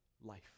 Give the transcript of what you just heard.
life